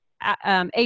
AP